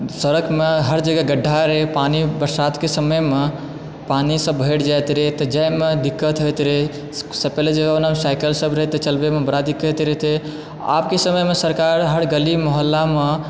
सड़कमे हर जगह गढ्ढा रहै पानी बरसातके समयमे पानीसँ भरि जाइत रहै तऽ जाइमे दिक्कत होइत रहै पहिले जमानामे सायकलसभ रहै तऽ चलबयमे बड़ा दिक्कत होयत रहै आबके समयमे सरकार हर गली मोहल्लाम